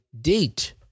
date